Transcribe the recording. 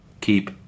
Keep